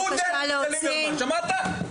פודל של ליברמן, שמעת?